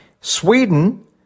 Sweden